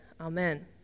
amen